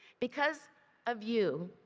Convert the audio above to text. because of you,